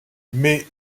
mais